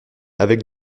avec